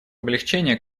облегчения